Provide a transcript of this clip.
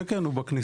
כן, כן, הוא בכניסה.